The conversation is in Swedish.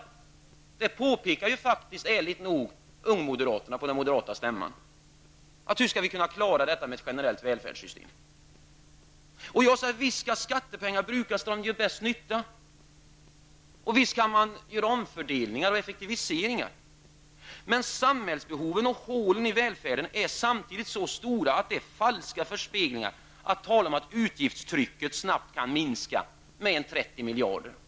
Ärligt nog påpekade ungmoderaterna detta på den moderata stämman. Man frågade sig hur man skulle kunna klara ett generellt välfärdssystem. Vi säger att visst skall skattepengarna brukas där de gör mest nytta. Visst skall man göra omfördelningar och effektiviseringar, men samhällsbehoven och hålen i välfärden är samtidigt så stora att det är en falsk förespegling att tala om att utgiftstrycket snabbt kan minska med ca 30 miljarder kronor.